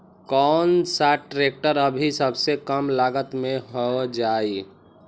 कौन सा ट्रैक्टर अभी सबसे कम लागत में हो जाइ?